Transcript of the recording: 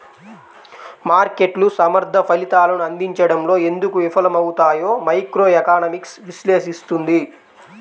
మార్కెట్లు సమర్థ ఫలితాలను అందించడంలో ఎందుకు విఫలమవుతాయో మైక్రోఎకనామిక్స్ విశ్లేషిస్తుంది